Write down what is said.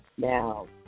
Now